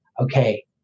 okay